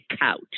couch